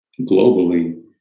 globally